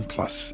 Plus